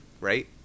right